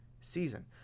season